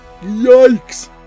yikes